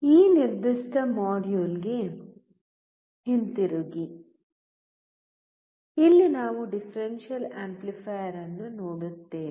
ಈ ನಿರ್ದಿಷ್ಟ ಮಾಡ್ಯೂಲ್ಗೆ ಹಿಂತಿರುಗಿ ಇಲ್ಲಿ ನಾವು ಡಿಫರೆನ್ಷಿಯಲ್ ಆಂಪ್ಲಿಫೈಯರ್ ಅನ್ನು ನೋಡುತ್ತೇವೆ